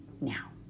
now